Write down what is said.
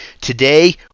Today